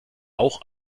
auch